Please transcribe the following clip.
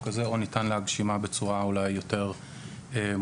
הזה או ניתן להגשימה בצורה אולי יותר מוצלחת,